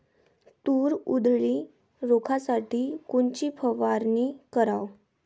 तूर उधळी रोखासाठी कोनची फवारनी कराव?